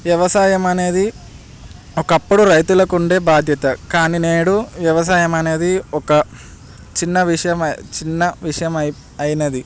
వ్యవసాయం అనేది ఒకప్పుడు రైతులకు ఉండే బాధ్యత కానీ నేడు వ్యవసాయం అనేది ఒక చిన్న విషయం చిన్న విషయం అయినది